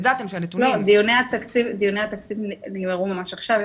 דיוני התקציב נגמרו ממש עכשיו,